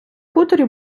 хуторі